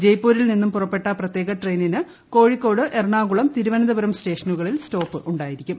ജയ്പൂരിൽ നിന്നും പുറപ്പെട്ട പ്രത്യേക ട്രെയിനിന് കോഴിക്കോട് എറണാകുളം തിരുവനന്തപുരം സ്റ്റേഷനുകളിൽ സ്റ്റോപ്പുകൾ ഉണ്ടാകും